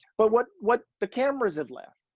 but what, what the cameras have left.